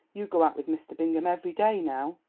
you go out with mr. bingham every day now.